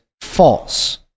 false